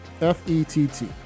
F-E-T-T